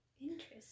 Interesting